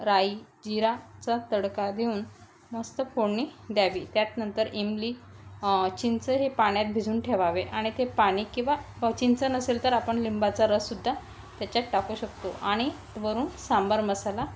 राई जिराचा तडका देऊन मस्त फोडणी द्यावी त्यात नंतर इमली चिंच हे पाण्यात भिजवून ठेवावे आणि ते पाणी किंवा चिंच नसेल तर आपण लिंबाचा रससुद्धा त्याच्यात टाकू शकतो आणि वरून सांबार मसाला